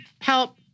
Help